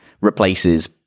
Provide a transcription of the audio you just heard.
replaces